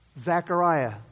Zechariah